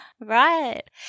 Right